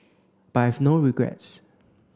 but I have no regrets